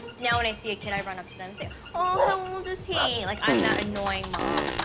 now when i see a kid i run up to them say oh, how old is he? like, i'm that annoying mom.